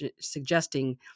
suggesting